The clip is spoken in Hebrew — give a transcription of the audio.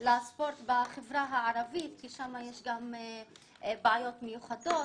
לספורט בחברה הערבית, כי שם יש גם בעיות מיוחדות